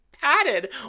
padded